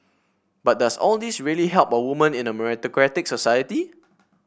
but does all this really help women in a meritocratic society